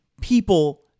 people